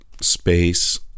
space